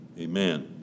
Amen